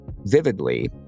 vividly